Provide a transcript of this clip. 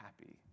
happy